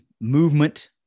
movement